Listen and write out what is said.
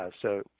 ah so,